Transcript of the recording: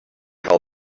how